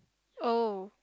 oh